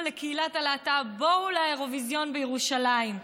לקהילת הלהט"ב: בואו לאירוויזיון בירושלים,